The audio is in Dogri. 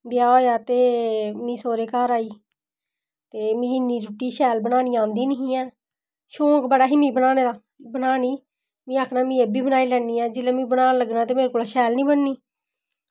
ब्याह् होया ते में सोह्रै घर आई ते मिगी इन्नी रुट्टी शैल बनाना आंदी निं ही शौक बड़ा हा मेरा बनाने दा बनानी में आक्खना में अद्धी बनाई लैन्नी आं जेल्लै में बनान लग्गना ते शैल निं बननी